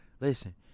Listen